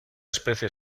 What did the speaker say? especie